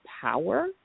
power